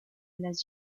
las